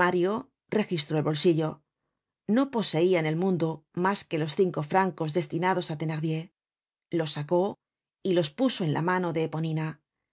mario registró el bolsillo no poseia en el mundo mas que los cinco francos destinados á thenardier los sacó y los puso en la mano de eponina